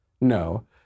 No